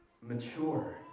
mature